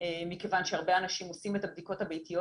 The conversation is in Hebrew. מכיוון שהרבה אנשים עושים את הבדיקות הביתיות